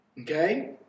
okay